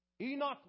Enoch